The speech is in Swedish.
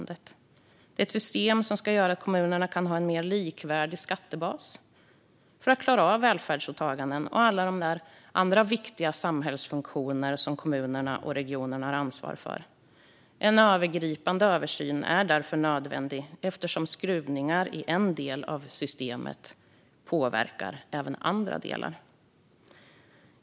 Det är ett system som ska göra att kommunerna kan ha en mer likvärdig skattebas för att klara av välfärdsåtagandet och alla de andra viktiga samhällsfunktioner som kommunerna och regionerna har ansvar för. En övergripande översyn är nödvändig eftersom skruvningar i en del av utjämningssystemet påverkar även andra delar.